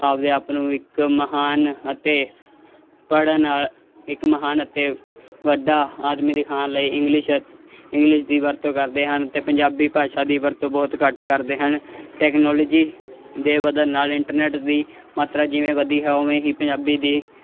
ਆਪਦੇ ਆਪ ਨੂੰ ਇੱਕ ਮਹਾਨ ਅਤੇ ਪੜ੍ਹਨ ਨਾਲ ਇੱਕ ਮਹਾਨ ਅਤੇ ਵੱਡਾ ਆਦਮੀ ਦਿਖਾਉਣ ਲਈ ਇੰਗਲਿਸ਼ ਇੰਗਲਿਸ਼ ਦੀ ਵਰਤੋਂ ਕਰਦੇ ਹਨ ਅਤੇ ਪੰਜਾਬੀ ਭਾਸ਼ਾ ਦੀ ਵਰਤੋਂ ਬਹੁਤ ਘੱਟ ਕਰਦੇ ਹਨ ਟੈਕਨੋਲੋਜੀ ਦੇ ਵੱਧਣ ਨਾਲ ਇੰਟਰਨੈਟ ਦੀ ਮਾਤਰਾ ਜਿਵੇਂ ਵਧੀ ਹੈ ਉਵੇਂ ਹੀ ਪੰਜਾਬੀ ਦੀ